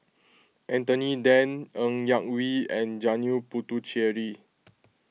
Anthony then Ng Yak Whee and Janil Puthucheary